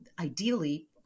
ideally